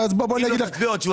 אם לא תצביעו התשובה היא כן.